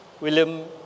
William